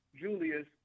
Julius